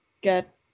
get